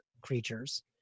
creatures